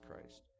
Christ